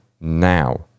now